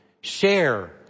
share